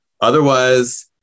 otherwise